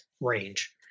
range